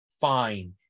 fine